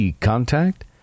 contact